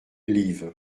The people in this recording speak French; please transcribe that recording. liv